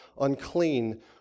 unclean